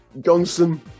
johnson